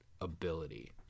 ability